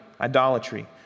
idolatry